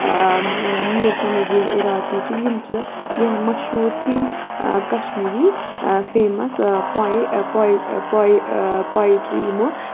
Mir Shamsuddin Iraqi چھِ یِم چھِ کیٚنہہ مشہوٗر تِم کَشمیٖری فیمَس پویٹرٛی یِمو